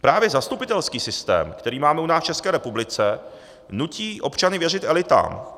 Právě zastupitelský systém, který máme u nás v České republice, nutí občany věřit elitám.